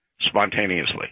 spontaneously